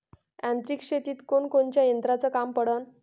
यांत्रिक शेतीत कोनकोनच्या यंत्राचं काम पडन?